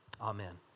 Amen